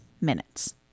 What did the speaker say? minutes